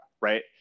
right